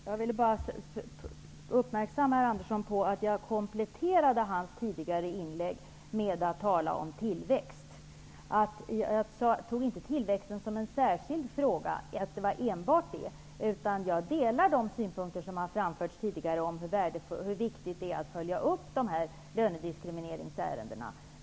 Fru talman! Jag ville bara uppmärksamma herr Andersson på att jag kompletterade hans tidigare inlägg med att tala om tillväxt. Jag tog inte upp tillväxten som en särskild fråga. Det är inte fråga om enbart tillväxt, utan jag instämmer i de synpunkter som tidigare har framförts om hur viktigt det är att följa upp lönediskrimineringsärendena.